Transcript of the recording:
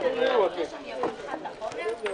בשעה 12:42.